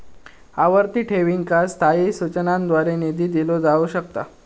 आवर्ती ठेवींका स्थायी सूचनांद्वारे निधी दिलो जाऊ शकता